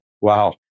wow